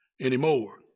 anymore